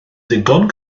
ddigon